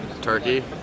Turkey